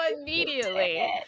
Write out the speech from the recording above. immediately